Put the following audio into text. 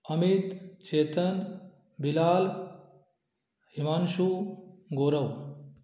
Amit Chetan Bilal Himanshu Gaurav